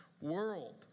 world